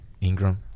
Ingram